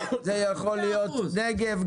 זה יכול להיות נגב,